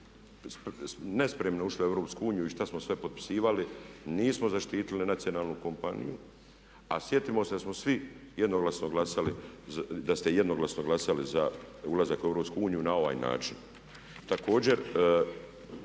nespremno ušli u EU i što smo sve potpisivali, nismo zaštitili nacionalnu kompaniju a sjetimo se da smo svi jednoglasno glasali da ste jednoglasno glasali za ulazak u EU na ovaj način. Također